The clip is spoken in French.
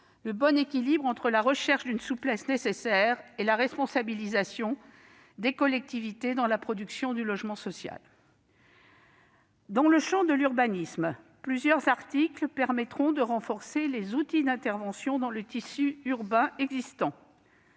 le bon équilibre entre la recherche d'une souplesse nécessaire et la responsabilisation des collectivités dans la production de logement social. Dans le champ de l'urbanisme, plusieurs articles permettront de renforcer les outils d'intervention dans le tissu urbain existant.